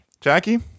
Jackie